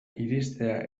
iristea